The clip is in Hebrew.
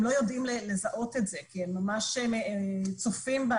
הם לא יודעים לזהות את זה כי הם ממש צופים ב